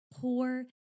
poor